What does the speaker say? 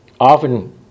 Often